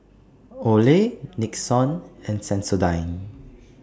Olay Nixon and Sensodyne